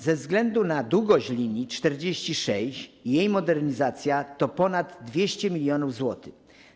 Ze względu na długość linii 46 jej modernizacja to ponad 200 mln zł.